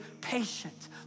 patient